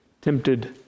tempted